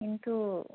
কিন্তু